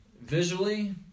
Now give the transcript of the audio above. visually